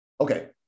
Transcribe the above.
okay